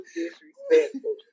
disrespectful